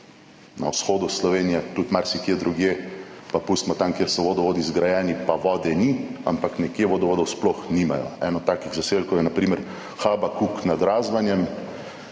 na vzhodu Slovenije, tudi marsikje drugje, pa pustimo tam, kjer so vodovodi zgrajeni, pa vode ni, ampak nekje vodovodov sploh nimajo. Eno takih zaselkov je na primer Habakuk nad Razvanjem,